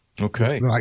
Okay